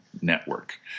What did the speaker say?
network